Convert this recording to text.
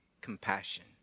compassion